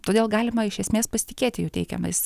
todėl galima iš esmės pasitikėti jų teikiamais